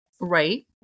Right